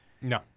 No